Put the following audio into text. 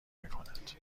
میکند